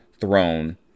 Throne